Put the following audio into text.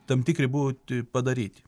tam tikri būti padaryti